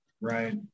Right